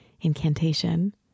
incantation